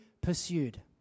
pursued